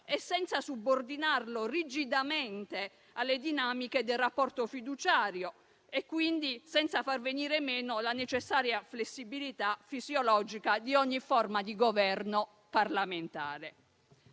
e senza subordinarlo rigidamente alle dinamiche del rapporto fiduciario e quindi senza far venire meno la necessaria flessibilità fisiologica di ogni forma di governo parlamentare.